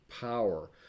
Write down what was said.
power